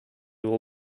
will